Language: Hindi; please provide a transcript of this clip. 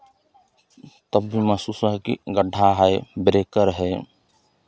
तब भी महसूस हुआ कि गड्ढा है ब्रेकर है